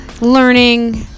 learning